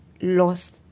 lost